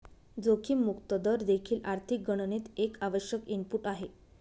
जोखीम मुक्त दर देखील आर्थिक गणनेत एक आवश्यक इनपुट आहे